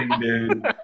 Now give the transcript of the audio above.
dude